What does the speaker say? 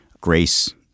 grace